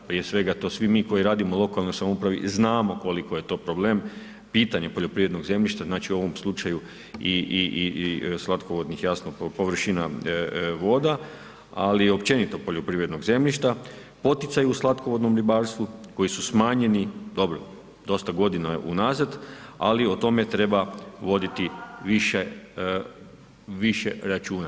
Prije svega to svi mi koji radimo u lokalnoj samoupravi znamo koliko je to problem pitanje poljoprivrednog zemljišta, znači u ovom slučaju i slatkovodnih jasno površina voda, ali i općenito poljoprivrednog zemljišta, poticaji u slatkovodnom ribarstvu koji su smanjeni, dobro, dosta godina unazad, ali o tome treba voditi više računa.